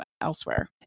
elsewhere